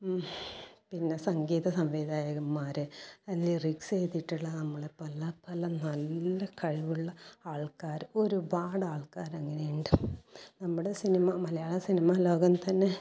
പിന്നെ സംഗീത സംവിധായകന്മാരെ ലിറിക്സ് എഴുതിയിട്ടുള്ള നമ്മുടെ പല പല നല്ല കഴിവുള്ള അൾക്കാർ ഒരുപാട് ആൾക്കാർ അങ്ങനെ ഉണ്ട് നമ്മുടെ സിനിമ മലയാള സിനിമ ലോകം തന്നെ